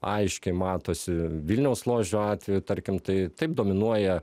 aiškiai matosi vilniaus ložių atveju tarkim tai taip dominuoja